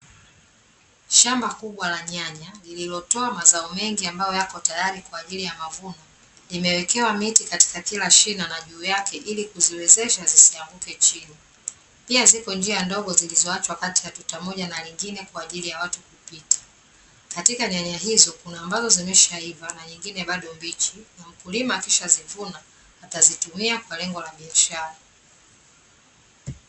Shamba kubwa la nyanya lililotoa mazao mengi ambayo yako tayari kwa ajili ya mavuno, limewekewa miti katika kila shina na juu yake ilikuziwezesha zisianguke chini. Pia ziko njia ndogo zilizoachwa kati ya tuta moja na lingine kwa ajili ya watu kupita. Katika nyanya hizo kuna ambazo zimeshaiva na nyingine bado mbichi, mkulima akishazivuna atazitumia kwa lengo la biashara.